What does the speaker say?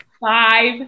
five